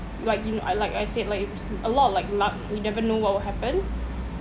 like you n~ uh like I said like a lot of like luck you never know what will happen